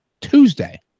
Tuesday